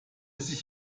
sich